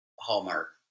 Hallmark